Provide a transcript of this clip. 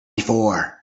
before